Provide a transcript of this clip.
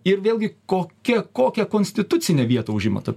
ir vėlgi kokia kokią konstitucinę vietą užima ta